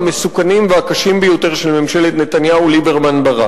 המסוכנים והקשים ביותר של ממשלת נתניהו-ליברמן-ברק.